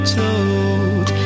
told